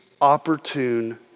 opportune